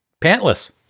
Pantless